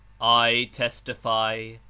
i testify,